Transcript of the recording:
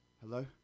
Hello